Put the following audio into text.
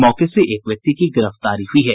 मौके से एक व्यक्ति की गिरफ्तारी हुई है